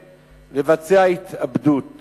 לא צריך להתבונן